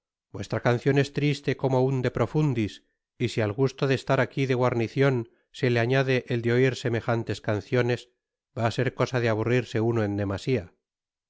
vuestra cancion es triste como un de profanáis y si al gusto de estar aqui de guarnicion se le añade el de oir semejantes canciones va á ser cosa de aburrirse uno en demasia